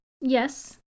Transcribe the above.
Yes